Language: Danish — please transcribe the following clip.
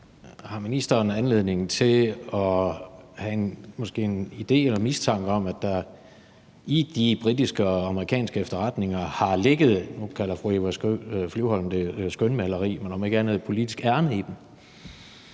Har ministeren anledning til at have måske en idé eller mistanke om, at der i de britiske og amerikanske efterretninger har ligget, nu kalder fru Eva Flyvholm det skønmaleri, men om ikke andet et politisk ærinde i dem?